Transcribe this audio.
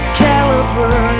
caliber